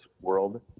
world